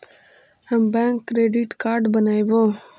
हम bank credit card बनैवो?